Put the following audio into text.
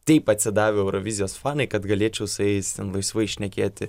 taip atsidavę eurovizijos fanai kad galėčiau su jais ten laisvai šnekėti